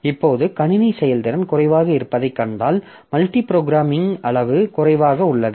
இப்போது கணினி செயல்திறன் குறைவாக இருப்பதைக் கண்டால் மல்டி புரோகிராமிங் அளவு குறைவாக உள்ளது